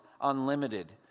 unlimited